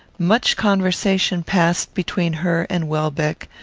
much conversation passed between her and welbeck,